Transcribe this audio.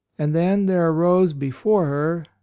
and then there arose before her,